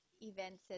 events